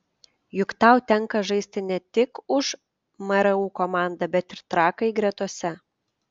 juk tau tenka žaisti ne tik už mru komandą bet ir trakai gretose